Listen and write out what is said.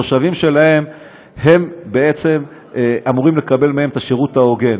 התושבים אמורים לקבל מהם את השירות ההוגן.